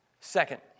Second